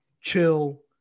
chill